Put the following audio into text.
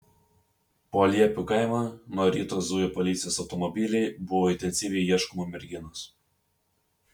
po liepių kaimą nuo ryto zujo policijos automobiliai buvo intensyviai ieškoma merginos